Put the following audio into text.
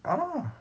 ah